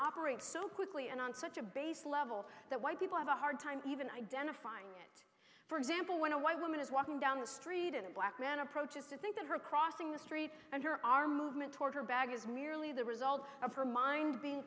operates so quickly and on such a base level that white people have a hard time even identifying it for example when a white woman is walking down the street in a black man approaches to think of her crossing the street and her arm movement toward her bag is merely the result of her mind being